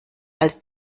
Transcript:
als